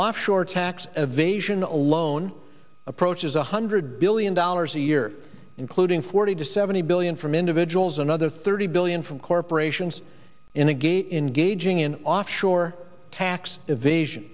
offshore tax evasion alone approaches one hundred billion dollars a year including forty to seventy billion from individuals another thirty billion from corporations in again engaging in offshore tax evasion